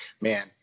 man